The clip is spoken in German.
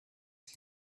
ich